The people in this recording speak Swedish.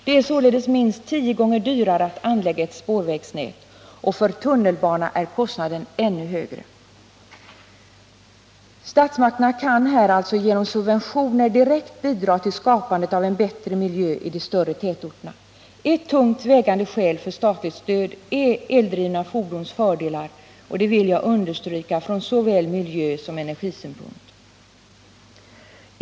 Det är således minst tio gånger dyrare att anlägga ett spårvägsnät, och för tunnelbana är kostnaden ännu högre. Statsmakterna kan här alltså direkt bidra till skapandet av en bättre miljö i de större tätorterna. Ett tungt vägande skäl för statligt stöd är eldrivna fordons fördelar — det vill jag understryka — från såväl miljösom energisynpunkt.